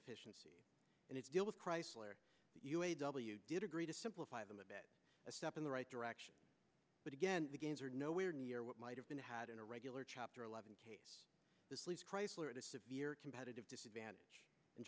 efficiency and its deal with chrysler u a w did agree to simplify them a bit a step in the right direction but again the gains are nowhere near what might have been had in a regular chapter eleven case this leaves chrysler at a severe competitive disadvantage and